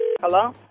Hello